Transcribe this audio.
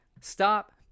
stop